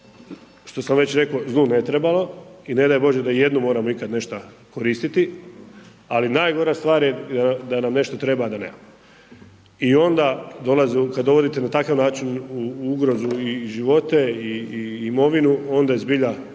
što sam već rekao, zlu ne trebalo i ne daj bože da jednom moramo ikad nešto koristiti, ali najgora stvar je da nam nešto treba, a da nemamo. I onda dolazimo, kad dovodite na takav način u ugrozu i živote i imovinu, onda je zbilja